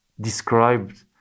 described